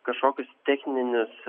kažkokius techninius